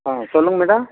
ஆ சொல்லுங்கள் மேடம்